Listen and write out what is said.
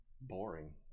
boring